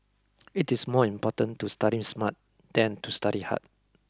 it is more important to studying smart than to study hard